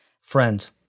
Friends